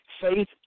Faith